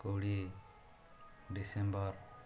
କୋଡ଼ିଏ ଡ଼ିସେମ୍ବର